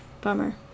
bummer